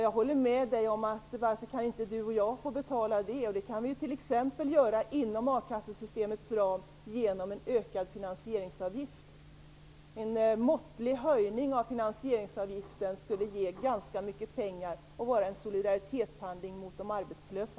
Jag håller med om det Ingrid Burman säger. Varför kan inte du och jag få betala det? Det kan vi t.ex. göra inom a-kassesystemets ram genom en ökad finansieringsavgift. En måttlig höjning av finansieringsavgiften skulle ge ganska mycket pengar och vara en handling i solidaritet med de arbetslösa.